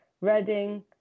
Reading